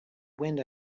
wind